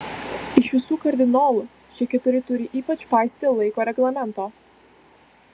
iš visų kardinolų šie keturi turi ypač paisyti laiko reglamento